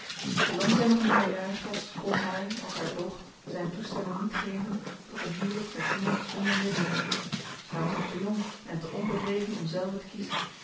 zoolang zij nog minderjarig was kon hij als haar voogd zijn toestemming niet geven tot een huwelijk met iemand zonder middelen zij was nog te jong en te onbedreven om zelve te kiezen